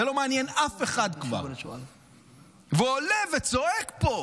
זה כבר לא מעניין אף אחד, והוא עולה וצועק פה.